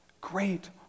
Great